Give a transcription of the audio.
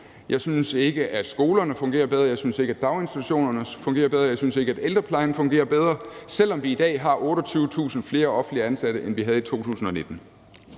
jeg synes ikke, at skolerne fungerer bedre, jeg synes ikke, at daginstitutionerne fungerer bedre, og jeg synes ikke, at ældreplejen fungerer bedre, selv om vi i dag har 28.000 flere offentligt ansatte, end vi havde i 2019.